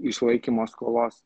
išlaikymo skolos